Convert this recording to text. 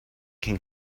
can